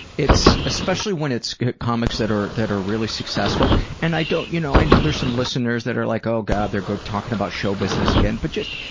it's, especially when it's comics that are that are really successful and i don't you know i know there are some listeners that are like oh god, they're talking about show business again but just,